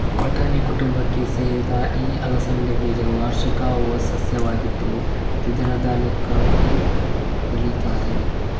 ಬಟಾಣಿ ಕುಟುಂಬಕ್ಕೆ ಸೇರಿದ ಈ ಅಲಸಂಡೆ ಬೀಜವು ವಾರ್ಷಿಕ ಸಸ್ಯವಾಗಿದ್ದು ದ್ವಿದಳ ಧಾನ್ಯಕ್ಕಾಗಿ ಬೆಳೀತಾರೆ